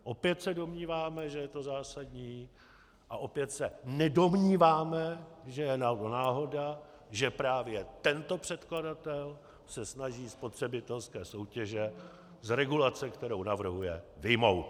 Opět se domníváme, že je to zásadní, a opět se nedomníváme, že je náhoda, že právě tento předkladatel se snaží spotřebitelské soutěže z regulace, kterou navrhuje, vyjmout.